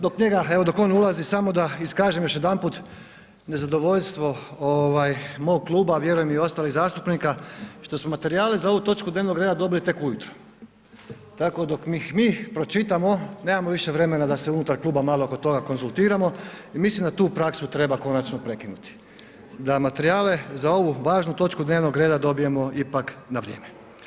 Dok on ulazi samo da iskažem još jedanput nezadovoljstvo mog kluba, a vjerujem i ostalih zastupnika što smo materijale za ovu točku dnevnog reda dobili tek ujutro, tako dok ih mi pročitamo nemamo više vremena da se unutar kluba malo oko toga konzultiramo i mislim da tu praksu treba konačno prekinuti, da materijale za ovu važnu točku dnevnog reda dobijemo ipak na vrijeme.